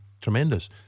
Tremendous